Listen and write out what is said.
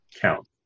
count